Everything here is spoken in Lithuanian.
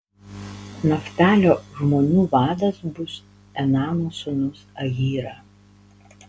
naftalio žmonių vadas bus enano sūnus ahyra